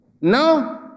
no